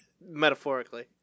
Metaphorically